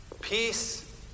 Peace